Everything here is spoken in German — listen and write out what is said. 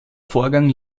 vorgang